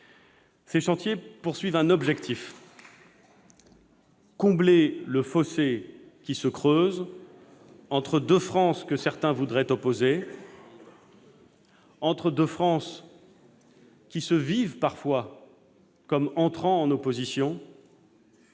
Ces chantiers tendent vers un objectif : combler le fossé qui se creuse entre deux France que certains voudraient opposer, entre deux France qui se vivent parfois comme étant en opposition,